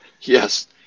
Yes